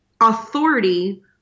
authority